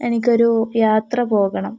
എനിക്കൊരു യാത്ര പോകണം